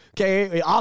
Okay